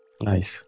nice